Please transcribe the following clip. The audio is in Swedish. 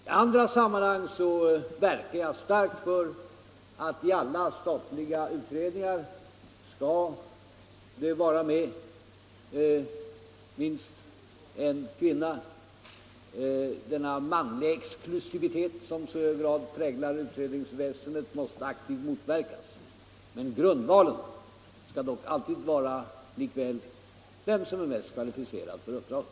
I andra sammanhang verkar jag starkt för att det i alla statliga utredningar skall vara minst en kvinna med — den manliga exklusiviteten som i hög grad präglar utredningsväsendet måste aktivt motverkas. Men grundvalen skall alltid vara vem som är mest kvalificerad för uppdraget.